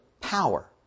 power